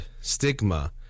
stigma